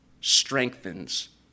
strengthens